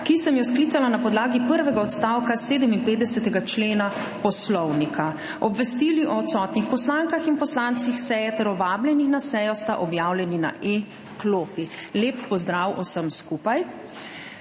ki sem jo sklicala na podlagi prvega odstavka 57. člena Poslovnika. Obvestili o odsotnih poslankah in poslancih seje ter o vabljenih na sejo sta objavljeni na e-klopi. Lep pozdrav vsem skupaj!